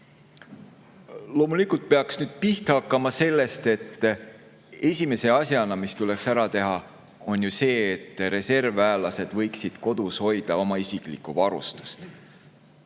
Loomulikult peaks pihta hakkama sellest: esimese asjana tuleks ära teha see, et reservväelased võiksid kodus hoida isiklikku varustust.